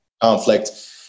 conflict